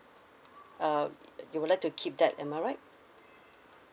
um you would like to keep that am I right